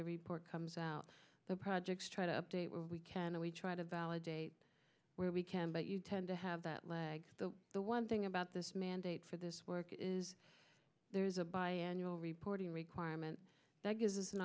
the report comes out the projects try to update where we can we try to validate where we can but you tend to have that lag but the one thing about this mandate for this work is there's a bi annual reporting requirement that gives us an